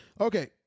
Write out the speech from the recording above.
Okay